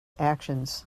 actions